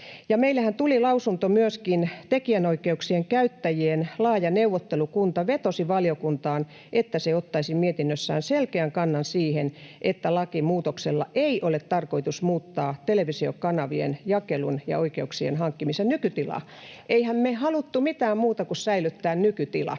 meillehän tuli lausunto myöskin tekijänoikeuksien käyttäjien laajalta neuvottelukunnalta. Se vetosi valiokuntaan, että se ottaisi mietinnössään selkeän kannan siihen, että lakimuutoksella ei ole tarkoitus muuttaa televisiokanavien jakelun ja oikeuksien hankkimisen nykytilaa. Eihän me haluttu mitään muuta kuin säilyttää nykytila,